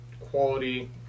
quality